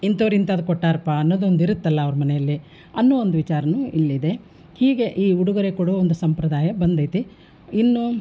ಇಂಥವ್ರು ಇಂಥದ್ದು ಕೊಟ್ಟಾರಪ್ಪ ಅನ್ನೋದೊಂದು ಇರುತ್ತಲ್ಲ ಅವ್ರ ಮನೇಲಿ ಅನ್ನುವ ಒಂದು ವಿಚಾರನೂ ಇಲ್ಲಿದೆ ಹೀಗೆ ಈ ಉಡುಗೊರೆ ಕೊಡೊ ಒಂದು ಸಂಪ್ರದಾಯ ಬಂದೈತೆ ಇನ್ನು